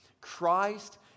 Christ